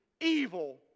evil